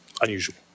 unusual